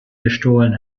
gestohlen